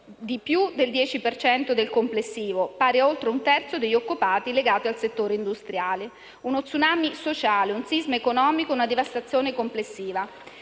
di più del 10 per cento del complessivo, pari a oltre un terzo degli occupati legati al settore industriale. Si può dire uno *tsunami* sociale, un sisma economico, una devastazione complessiva.